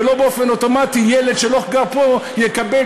ולא באופן אוטומטי ילד שלא גר פה יקבל